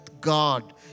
God